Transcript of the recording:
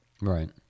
Right